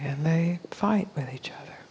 and they fight with each other